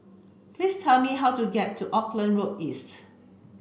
please tell me how to get to Auckland Road East